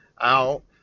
out